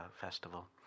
festival